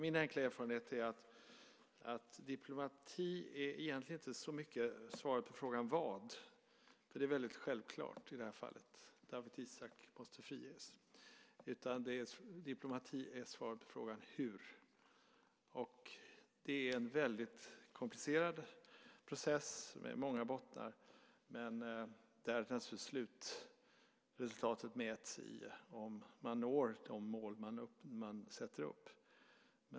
Min enkla erfarenhet är att diplomati inte egentligen i så hög grad är svaret på frågan "Vad?". Det är väldigt självklart i det här fallet: Dawit Isaak måste friges. Diplomati är i stället svaret på frågan "Hur?". Det är en väldigt komplicerad process med många bottnar där slutresultatet mäts i om man når de mål man sätter upp.